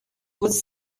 was